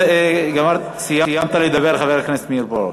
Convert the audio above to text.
דיקטטורה, סיימת לדבר, חבר הכנסת מאיר פרוש?